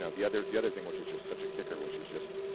ah the other the other thing which is just such a kicker which is just,